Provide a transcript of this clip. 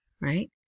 right